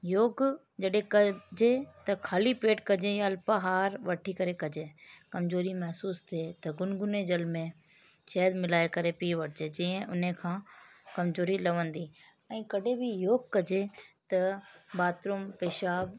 योग जॾहिं कजे त ख़ाली पेट कजे या अल्पाहार वठी करे कजे कमजोरी महिसूसु थिए त गुनगुने जल में शहद मिलाए करे पी वठिजे जीअं उन खां कमजोरी लहंदी ऐं कॾहिं बि योग कजे त बाथरूम पेशाब